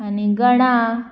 आनी गणा